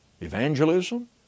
evangelism